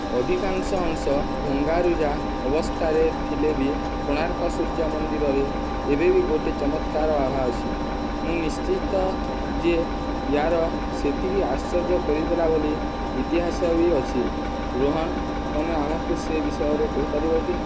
ଅଧିକାଂଶ ଅଂଶ ଭଙ୍ଗାରୁଜା ଅବସ୍ଥାରେ ଥିଲେ ବି କୋଣାର୍କ ସୂର୍ଯ୍ୟ ମନ୍ଦିରରେ ଏବେ ବି ଗୋଟେ ଚମତ୍କାର ଆଭା ଅଛି ମୁଁ ନିଶ୍ଚିତ ଯେ ୟାର ସେତିକି ଆଶ୍ଚର୍ଯ୍ୟ କରିଦେଲା ଭଳି ଇତିହାସ ବି ଅଛି ରୋହନ ତୁମେ ଆମକୁ ସେ ବିଷୟରେ କହିପାରିବ କି